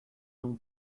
non